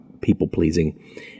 people-pleasing